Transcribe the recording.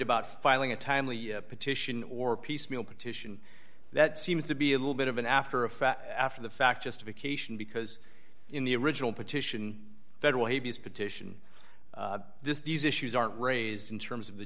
about filing a timely petition or piecemeal petition that seems to be a little bit of an after effect after the fact justification because in the original petition federal habeas petition this these issues aren't raised in terms of the